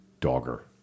dogger